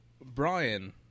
Brian